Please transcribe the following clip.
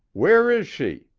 where is she?